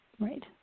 right